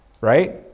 right